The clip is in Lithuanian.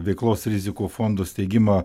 veiklos rizikų fondo steigimą